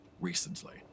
recently